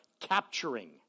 capturing